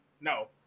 No